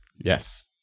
Yes